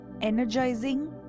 energizing